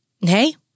Hey